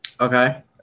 okay